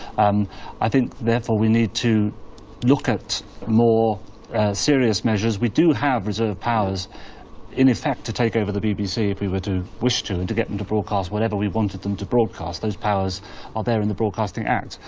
um i think therefore we need to look at more serious measures. we do have reserve powers in effect to take over the bbc if we were to wish to, and to get them to broadcast whatever we wanted them to broadcast. those powers are there in the broadcasting act.